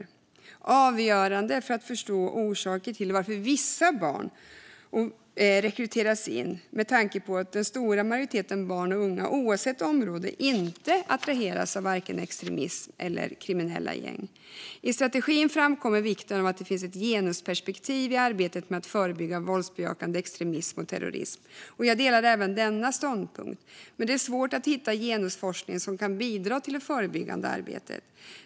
Kunskapen är avgörande för att förstå orsaken till att vissa barn rekryteras in medan den stora majoriteten barn och unga, oavsett område, inte attraheras av vare sig extremism eller kriminella gäng. I strategin framkommer vikten av att det finns ett genusperspektiv i arbetet med att förebygga våldsbejakande extremism och terrorism. Jag delar även denna ståndpunkt, men det är svårt att hitta genusforskning som kan bidra till det förebyggande arbetet.